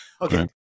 Okay